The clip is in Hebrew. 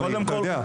אתה יודע.